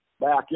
back